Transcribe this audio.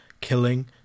killing